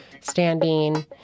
standing